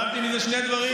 למדתי מזה שני דברים.